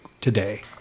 today